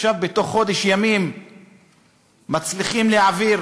ועכשיו בתוך חודש ימים מצליחים להעביר.